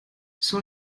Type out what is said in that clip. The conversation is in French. son